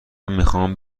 میخوام